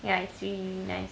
ya it's really nice